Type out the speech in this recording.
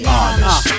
Honest